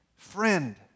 friend